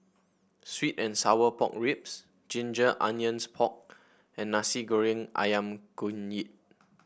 sweet and Sour Pork Ribs Ginger Onions Pork and Nasi Goreng ayam kunyit